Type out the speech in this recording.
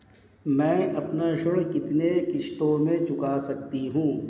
मैं अपना ऋण कितनी किश्तों में चुका सकती हूँ?